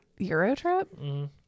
Eurotrip